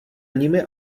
nimi